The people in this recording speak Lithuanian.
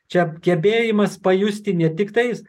čia gebėjimas pajusti ne tiktais